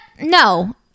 no